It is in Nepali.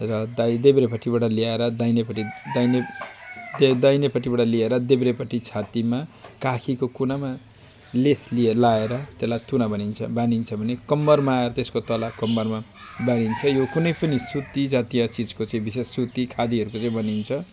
र दाहि देब्रेपट्टिबाट ल्याएर दाहिनेपट्टि दाहिने त्यो दाहिनेपट्टिबाट ल्याएर देब्रेपट्टि छातीमा काखीको कुनामा लेस लिई लगाएर त्यसलाई तुना भनिन्छ बानिन्छ पनि कम्मरमा आएर त्यसको तल कम्मरमा बानिन्छ यो कुनै पनि सुती जातीय चिजको चाहिँ विशेष सुती खादीहरूको चाहिँ बनिन्छ